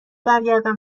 برگردم